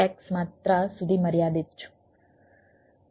5x માત્રા સુધી મર્યાદિત છું